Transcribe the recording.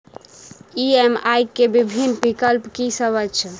EMI केँ विभिन्न विकल्प की सब अछि